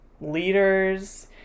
leaders